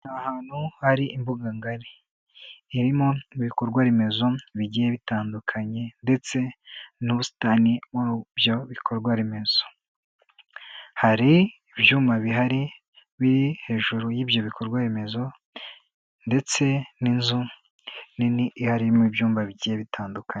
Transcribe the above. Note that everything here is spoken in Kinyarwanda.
Ni ahantu hari imbuga ngari irimo ibikorwa remezo bigiye bitandukanye ndetse n'ubusitani muri ibyo bikorwa remezo, hari ibyuma bihari biri hejuru y'ibyo bikorwa remezo ndetse n'inzu nini harimo ibyumba bigiye bitandukanye.